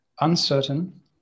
Uncertain